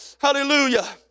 Hallelujah